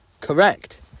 Correct